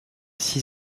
six